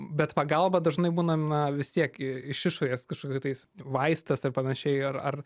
bet pagalba dažnai būna na vis tiek iš išorės kažkokių tais vaistais ar panašiai ar ar